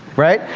right,